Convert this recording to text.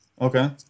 okay